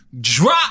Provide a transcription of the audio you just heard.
drop